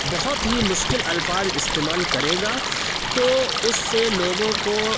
بہت ہی مشکل الفاظ استعمال کرے گا تو اس سے لوگوں کو